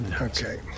Okay